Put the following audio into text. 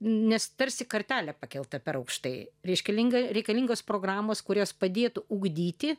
nes tarsi kartelė pakelta per aukštai reiškalinga reikalingos programos kurios padėtų ugdyti